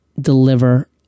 deliver